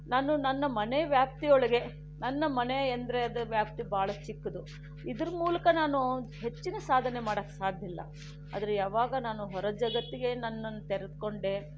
ನಾನು ನನ್ನ ಮನೆ ವ್ಯಾಪ್ತಿ ಒಳಗೆ ನನ್ನ ಮನೆ ಎಂದರೆ ಅದರ ವ್ಯಾಪ್ತಿ ಬಹಳ ಚಿಕ್ಕದು ಇದರ ಮೂಲಕ ನಾನು ಹೆಚ್ಚಿನ ಸಾಧನೆ ಮಾಡಕ್ಕೆ ಸಾಧ್ಯವಿಲ್ಲ ಆದರೆ ಯಾವಾಗ ನಾನು ಹೊರಜಗತ್ತಿಗೆ ನನ್ನನ್ನು ತೆರ್ಕೊಂಡೆ